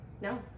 No